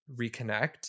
reconnect